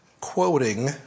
Quoting